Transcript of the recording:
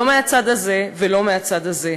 לא מהצד הזה ולא מהצד הזה,